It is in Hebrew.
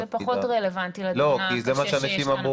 זה פחות רלוונטי לדיון הקשה שיש לנו עכשיו.